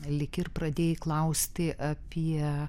lyg ir pradėjai klausti apie